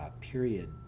period